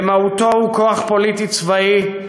במהותו הוא כוח פוליטי-צבאי,